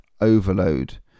overload